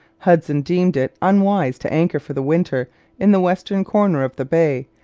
hudson deemed it unwise to anchor for the winter in the western corner of the bay,